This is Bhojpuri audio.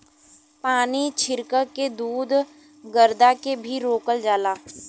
पानी छीरक के धुल गरदा के भी रोकल जाला